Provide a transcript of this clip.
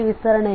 ವಿಸ್ತರಣೆಯಾಗಿದೆ